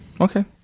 okay